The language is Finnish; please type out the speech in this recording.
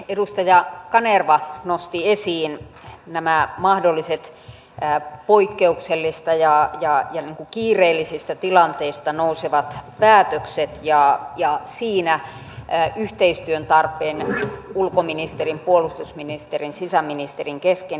edustaja kanerva nosti esiin nämä mahdolliset poikkeuksellisista ja kiireellisistä tilanteista nousevat päätökset ja niissä yhteistyön tarpeen ulkoministerin puolustusministerin ja sisäministerin kesken